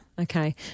Okay